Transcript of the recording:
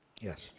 Yes